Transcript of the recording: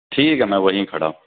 ٹھیک ہے میں وہیں کھڑا ہوں